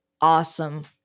awesome